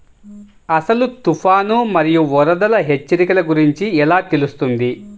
అసలు తుఫాను మరియు వరదల హెచ్చరికల గురించి ఎలా తెలుస్తుంది?